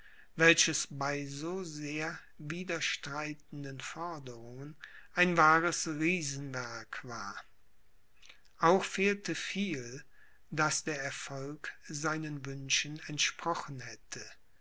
welches bei so sehr widerstreitenden forderungen ein wahres riesenwerk war auch fehlte viel daß der erfolg seinen wünschen entsprochen hätte